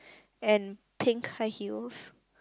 and pink high heels